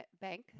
bank